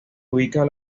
ubica